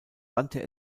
wandte